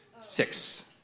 Six